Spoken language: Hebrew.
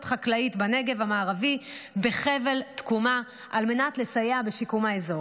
חקלאית בנגב המערבי בחבל תקומה על מנת לסייע בשיקום האזור.